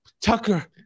Tucker